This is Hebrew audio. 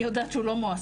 אני יודעת שהוא לא מועסק.